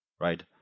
Right